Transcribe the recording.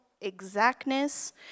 exactness